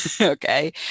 okay